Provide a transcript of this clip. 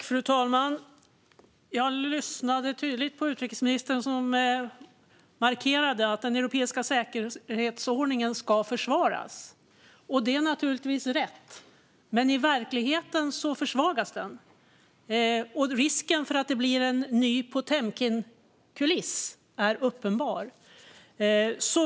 Fru talman! Jag lyssnade noggrant på utrikesministern som markerade att den europeiska säkerhetsordningen ska försvaras. Det är naturligtvis rätt. Men i verkligheten försvagas den. Risken för att det blir en ny Potemkinkuliss är uppenbar.